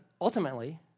ultimately